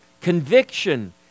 Conviction